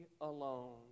alone